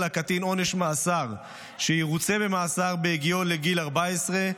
הקטין עונש מאסר שירוצה במאסר בהגיעו לגיל 14,